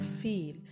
feel